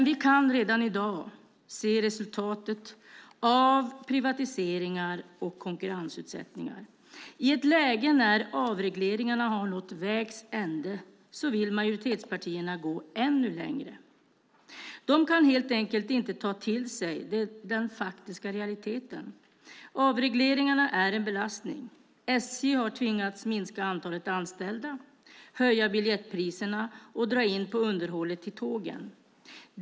Vi kan redan i dag se resultatet av privatisering och konkurrensutsättning. I ett läge när avregleringarna har nått vägs ände vill majoritetspartierna gå ännu längre. De kan helt enkelt inte ta till sig den faktiska realiteten. Avregleringarna är en belastning. SJ har tvingats minska antalet anställda, höja biljettpriserna och dra in på underhållet av tågen.